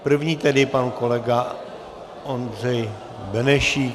První tedy pan kolega Ondřej Benešík.